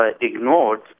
ignored